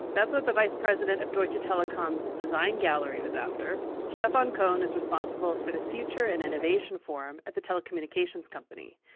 that's what the vice president of deutsche telekom's design gallery was after. stefan kohn is responsible for the future and innovation forum at the telecommunications company.